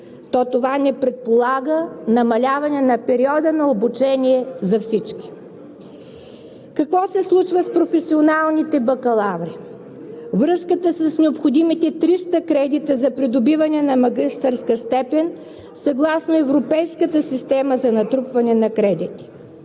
то това не предполага намаляване на периода на обучение за всички. Какво се случва с професионалните бакалаври? Връзката с необходимите 300 кредита за придобиване на магистърска степен, съгласно европейската система за натрупване на кредити.